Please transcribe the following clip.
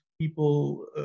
people